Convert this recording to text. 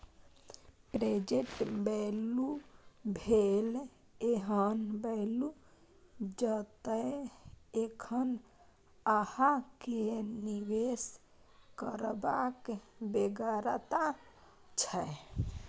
present value भेल एहन value जतय एखन अहाँ केँ निबेश करबाक बेगरता छै